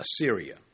Assyria